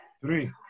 Three